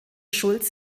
schulz